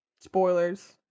Spoilers